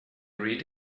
read